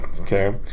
okay